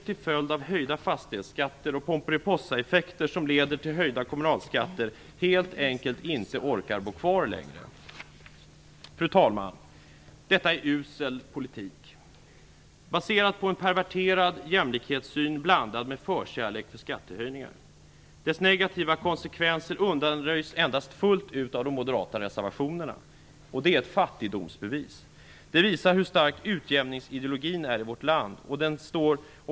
Till följd av höjda fastighetsskatter och Pomperipossaeffekter som leder till höjda kommunalskatter orkar de helt enkelt inte bo kvar längre. Fru talman! Detta är usel politik baserad på en perverterad jämlikhetssyn blandad med förkärlek för skattehöjningar. Dess negativa konsekvenser undanröjs endast fullt ut av de moderata reservationerna. Det är ett fattigdomsbevis. Det visar hur stark utjämningsideologin är i vårt land.